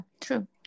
true